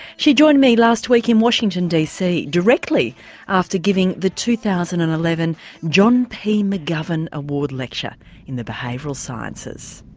she joined me last week in washington dc directly after giving the two thousand and eleven john p mcgovern award lecture in the behavioural sciences.